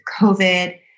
COVID